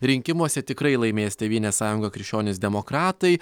rinkimuose tikrai laimės tėvynės sąjunga krikščionys demokratai